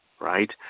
right